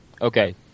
okay